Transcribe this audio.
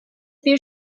bir